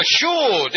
sure